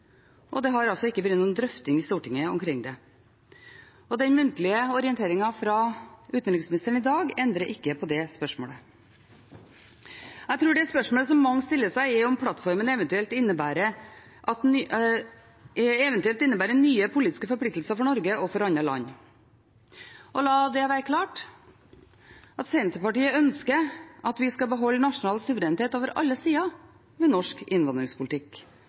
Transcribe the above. og det har altså ikke vært noen drøfting i Stortinget omkring det. Den muntlige orienteringen fra utenriksministeren i dag endrer ikke på det spørsmålet. Jeg tror det spørsmålet som mange stiller seg, er om plattformen eventuelt innebærer nye politiske forpliktelser for Norge og for andre land. La det være klart at Senterpartiet ønsker at vi skal beholde nasjonal suverenitet over alle sider ved norsk innvandringspolitikk,